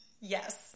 Yes